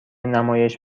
نمایش